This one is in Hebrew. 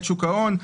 את שוק ההון,